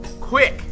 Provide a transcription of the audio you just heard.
Quick